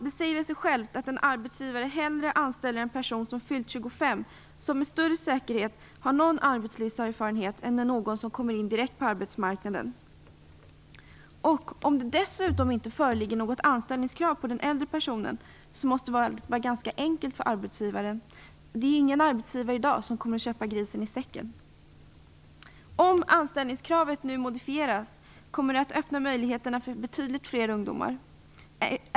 Det säger väl sig självt att en arbetsgivare hellre anställer en person som fyllt 25 år och som med större säkerhet har någon arbetslivserfarenhet än den som kommer in direkt på arbetsmarknaden. Om det dessutom inte föreligger något anställningskrav på den äldre personen måste valet vara ganska enkelt för arbetsgivaren. Ingen arbetsgivare i dag köper grisen i säcken. Om anställningskravet nu modifieras kommer detta att öppna möjligheterna för betydligt fler ungdomar.